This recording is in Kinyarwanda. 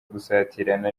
gusatirana